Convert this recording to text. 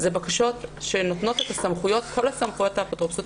אלה בקשות שנותנות את כל סמכויות האפוטרופסות